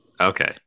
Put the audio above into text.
Okay